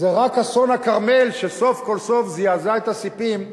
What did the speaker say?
רק אסון הכרמל סוף כל סוף זעזע את הספים.